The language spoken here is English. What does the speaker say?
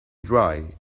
dry